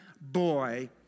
boy